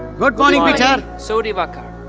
good morning, peter. so diwakar,